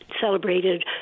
celebrated